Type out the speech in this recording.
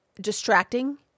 distracting